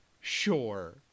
sure